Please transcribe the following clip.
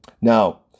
Now